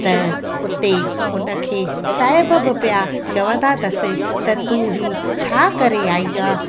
त उते उन खे साहिब बि पिया चवंदा अथसि त तू हीउ छा करे आई आहे